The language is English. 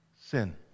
sin